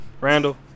Randall